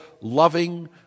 loving